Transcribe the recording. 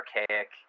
archaic